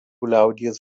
liaudies